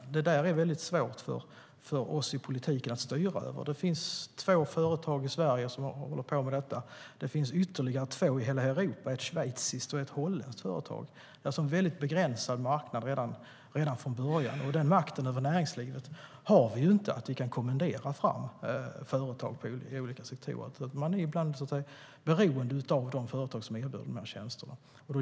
Det är svårt för oss i politiken att styra över. Det finns två företag i Sverige som håller på med detta. Det finns ytterligare två i hela Europa - ett schweiziskt och ett holländskt företag. Det är alltså redan från början en väldigt begränsad marknad. Vi har inte den makten över näringslivet att vi kan kommendera fram företag inom olika sektorer. Ibland är man beroende av de företag som erbjuder tjänsterna.